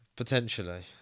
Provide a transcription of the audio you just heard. Potentially